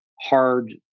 hard